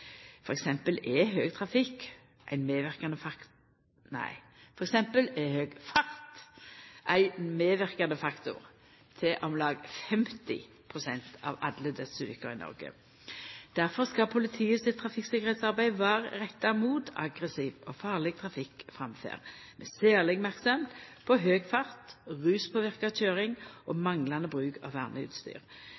dømes er høg fart ein medverkande faktor i om lag 50 pst. av alle dødsulukkene i Noreg. Difor skal politiet sitt trafikktryggleiksarbeid vera retta mot aggressiv og farleg trafikkframferd, med særleg merksemd på høg fart, ruspåverka køyring og